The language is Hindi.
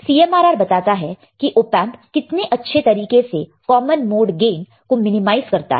CMRR बताता है की ऑपएंप कितने अच्छे तरीके से कॉमन मोड गेन को मिनिमाइज करता है